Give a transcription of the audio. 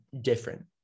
different